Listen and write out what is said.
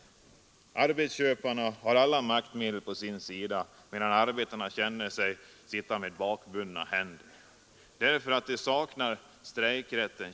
Arbetsköparna har alla maktmedel på sin sida, medan arbetarna känner sig sitta med bakbundna händer, därför att de saknar strejkrätten.